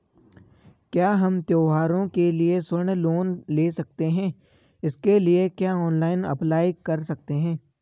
क्या हम त्यौहारों के लिए स्वर्ण लोन ले सकते हैं इसके लिए क्या ऑनलाइन अप्लाई कर सकते हैं?